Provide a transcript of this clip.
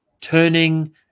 turning